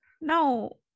No